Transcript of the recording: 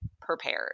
prepared